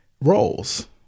roles